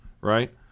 Right